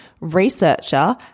researcher